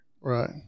right